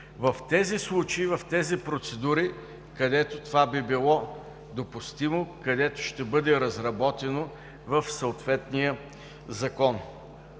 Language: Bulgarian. Тези случаи и процедури, където това би било допустимо, ще бъдат разработени в съответния Закон.